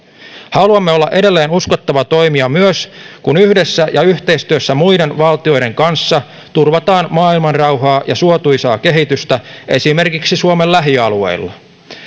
haluamme olla edelleen uskottava toimija myös kun yhdessä ja yhteistyössä muiden valtioiden kanssa turvataan maailmanrauhaa ja suotuisaa kehitystä esimerkiksi suomen lähialueilla